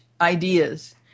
ideas